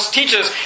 teaches